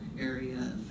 area